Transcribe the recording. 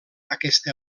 aquesta